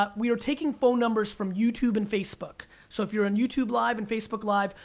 ah we are taking phone numbers from youtube and facebook. so, if you're on youtube live, and facebook live,